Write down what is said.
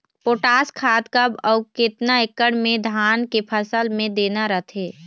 Potash खाद कब अऊ केतना एकड़ मे धान के फसल मे देना रथे?